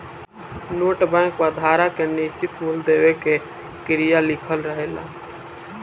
bank note पर धारक के निश्चित मूल देवे के क्रिया लिखल रहेला